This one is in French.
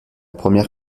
première